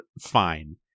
fine